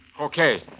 Okay